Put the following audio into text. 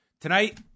Tonight